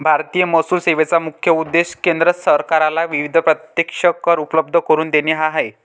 भारतीय महसूल सेवेचा मुख्य उद्देश केंद्र सरकारला विविध प्रत्यक्ष कर उपलब्ध करून देणे हा आहे